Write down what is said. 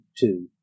two